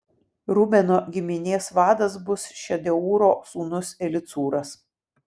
rubeno giminės vadas bus šedeūro sūnus elicūras